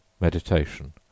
meditation